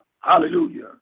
Hallelujah